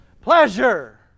pleasure